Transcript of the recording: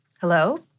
Hello